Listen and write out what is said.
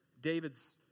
David's